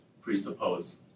presuppose